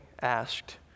asked